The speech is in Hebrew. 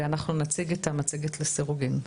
ואנחנו נציג את המצגת לסירוגין.